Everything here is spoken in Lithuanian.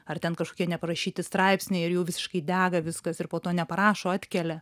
ar ten kažkokie neparašyti straipsniai ir jau visiškai dega viskas ir po to neparašo atkelia